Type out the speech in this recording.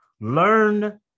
learn